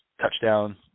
Touchdown